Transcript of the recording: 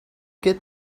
get